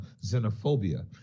xenophobia